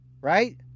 Right